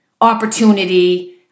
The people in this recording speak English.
opportunity